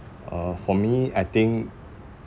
uh for me I think